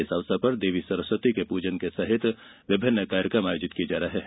इस अवसर पर देवी सरस्वती के पूजन सहित विभिन्न कार्यक्रम आयोजित किये जा रहे हैं